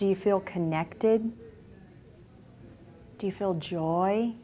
do you feel connected do you feel joy